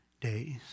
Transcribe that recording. days